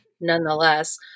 Nonetheless